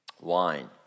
wine